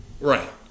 Right